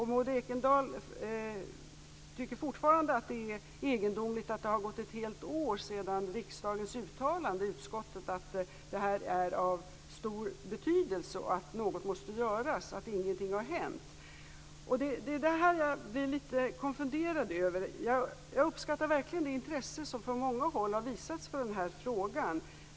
Maud Ekendahl tycker fortfarande att det är egendomligt att det har gått ett helt år sedan riksdagens uttalande i utskottet att det här är av stor betydelse, att något måste göras och att ingenting har hänt. Det här blir jag litet konfunderad över. Jag uppskattar verkligen det intresse som från många håll har visats för den här frågan.